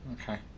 Okay